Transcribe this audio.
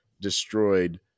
destroyed